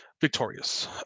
victorious